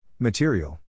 Material